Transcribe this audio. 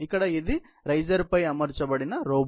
ఇక్కడ ఇది రైజర్పై అమర్చబడిన రోబోట్